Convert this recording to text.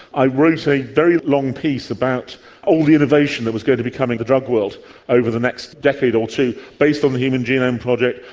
i wrote a very long piece about all the innovation that was going to be coming in the drug world over the next decade or two, based on the human gene um project,